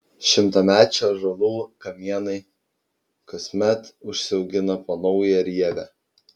šimtamečių ąžuolų kamienai kasmet užsiaugina po naują rievę